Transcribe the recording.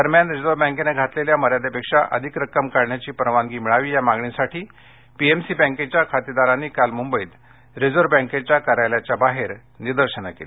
दरम्यान रिझर्व्ह बँकैने घातलेल्या मर्यादेपेक्षा अधिक रक्कम काढण्याची परवानगी मिळावी या मागणीसाठी पीएमसी बँकेच्या खातेदारांनी काल मुंबईत रिझर्व्ह बँकेच्या कार्यालयाबाहेर निदर्शनं केली